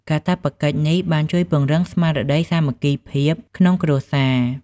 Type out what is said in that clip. កាតព្វកិច្ចនេះបានជួយពង្រឹងស្មារតីសាមគ្គីភាពក្នុងគ្រួសារ។